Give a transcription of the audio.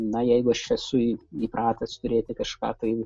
na jeigu aš esu įpratęs turėti kažką tai